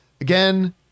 Again